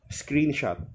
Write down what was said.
screenshot